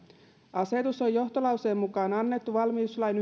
asetus on johtolauseen mukaan annettu valmiuslain